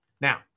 Now